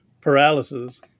paralysis